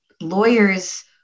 lawyers